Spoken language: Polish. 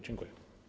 Dziękuję.